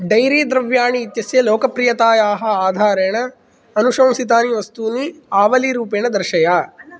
dairy द्रव्याणि इत्यस्य लोकप्रियतायाः आधारेण अनुशंसितानि वस्तूनि आवलिरूपेण दर्शय